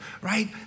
right